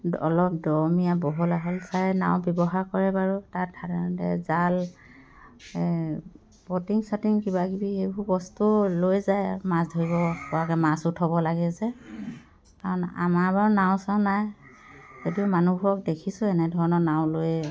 অলপ দমূৰীয়া বহল আহল চাই নাও ব্যৱহাৰ কৰে বাৰু তাত সাধাৰণতে জাল পটিং চটিং কিবা কিবি সেইবোৰ বস্তু লৈ যায় আৰু মাছ ধৰিবপৰাকৈ মাছ উঠাব লাগে যে কাৰণ আমাৰ বাৰু নাও চাও নাই সেইটো মানুহবোৰক দেখিছোঁ এনেধৰণৰ নাও লৈয়ে